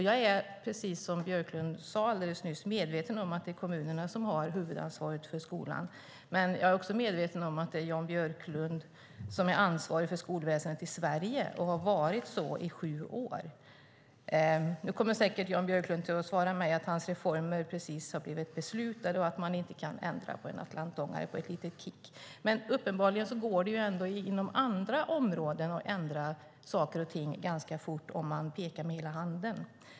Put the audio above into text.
Jag är medveten om att det är kommunerna som har huvudansvaret för skolan, men jag är också medveten om att det är Jan Björklund som är ansvarig för skolväsendet i Sverige och har så varit i sju år. Uppenbarligen går det inom andra områden att ändra saker och ting ganska fort om man pekar med hela handen.